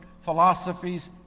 philosophies